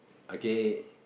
okay